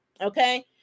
okay